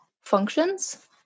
functions